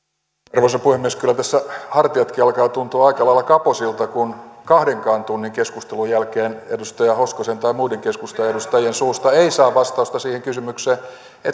arvoisa puhemies kyllä tässä hartiatkin alkavat tuntua aika lailla kapoisilta kun kahdenkaan tunnin keskustelun jälkeen edustaja hoskosen tai muiden keskustan edustajien suusta ei saa vastausta siihen kysymykseen